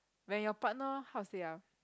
when your partner how to say ah